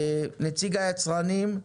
נציג היצרנים,